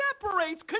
separates